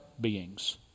beings